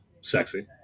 Sexy